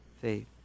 faith